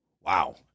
Wow